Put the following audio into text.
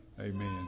Amen